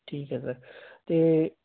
ਠੀਕ ਹੈ ਸਰ ਅਤੇ